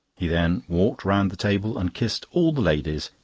he then walked round the table and kissed all the ladies,